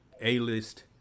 a-list